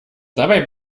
dabei